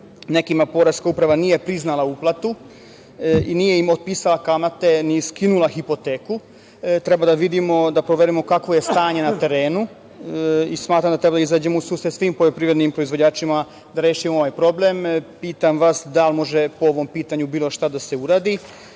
nekima Poreska uprava nije priznala uplatu i nije im otpisala kamate, nije skinula hipoteku, treba da vidimo, da proverimo kakvo je stanje na terenu i smatram da treba da izađemo u susret s tim poljoprivrednim proizvođačima, da rešimo ovaj problem. Pitam vas – da li može po ovom pitanju bilo šta da se uradi? Mi